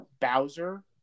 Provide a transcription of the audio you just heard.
bowser